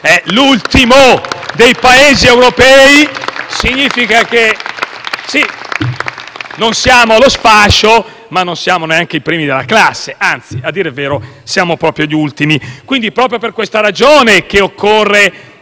è l'ultimo dei Paesi europei, significa che non siamo allo sfascio, ma non siamo neanche i primi della classe; anzi, a dire il vero, siamo proprio gli ultimi. Proprio per questa ragione occorre